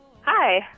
Hi